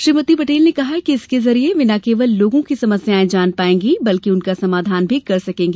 श्रीमती पटेल ने कहा कि इसके जरिये वे ना केवल लोगों की समस्यायें जान पायेंगी बल्कि उनका समाधान भी कर पायेंगी